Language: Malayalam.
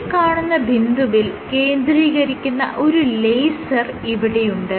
ഈ കാണുന്ന ബിന്ദുവിൽ കേന്ദ്രീകരിക്കുന്ന ഒരു ലേസർ ഇവിടെയുണ്ട്